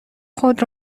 خود